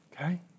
Okay